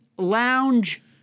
lounge